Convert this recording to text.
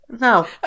No